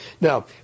Now